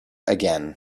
again